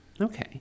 okay